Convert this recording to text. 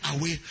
away